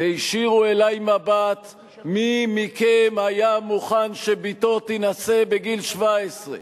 תישירו אלי מבט: מי מכם היה מוכן שבתו תינשא בגיל 17?